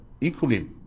equally